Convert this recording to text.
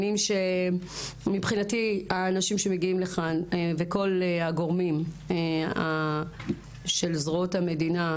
מבחינתי האנשים שמגיעים לכאן וכל הגורמים של זרועות המדינה,